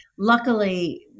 Luckily